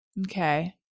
Okay